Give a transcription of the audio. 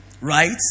right